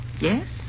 Yes